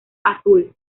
azul